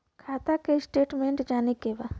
खाता के स्टेटमेंट जाने के बा?